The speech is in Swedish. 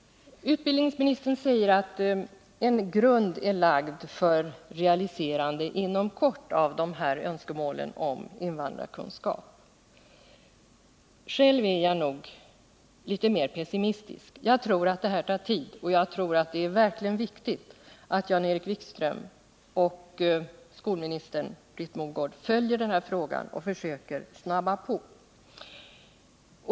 Utbildningsministern säger att en grund är lagd för ett realiserande inom kort av dessa önskemål om invandrarkunskap. Själv är jag nog litet mer pessimistisk. Jag tror att det här tar tid, och jag tror att det verkligen är viktigt att Jan-Erik Wikström och skolministern Britt Mogård följer den här frågan och försöker skynda på behandlingen av den.